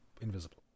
invisible